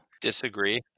Disagree